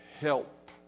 help